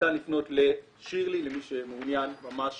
ניתן לפנות לשירלי, למי שמעוניין ממש